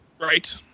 right